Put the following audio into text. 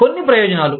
కొన్ని ప్రయోజనాలు